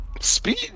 Speed